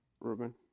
Ruben